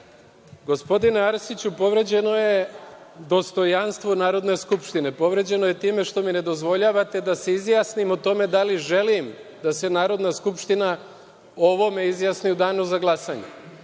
Arsiću, povređeno je dostojanstvo Narodne skupštine. Povređeno je time što mi ne dozvoljavate da se izjasnim o tome da li želim da se Narodna skupština o ovome izjasni u danu za glasanje.